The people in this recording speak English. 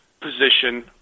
position